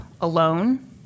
alone